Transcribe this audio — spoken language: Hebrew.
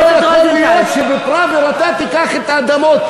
זה לא יכול להיות שבפראוור אתה תיקח את האדמות,